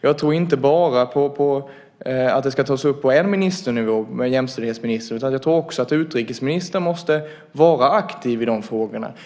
Jag tror inte att de ska tas upp på bara en ministernivå, med jämställdhetsministern, utan jag tror också att utrikesministern måste vara aktiv i de här frågorna.